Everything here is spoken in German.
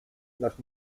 nach